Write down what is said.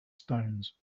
stones